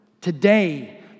Today